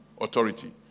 authority